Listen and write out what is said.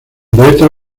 poeta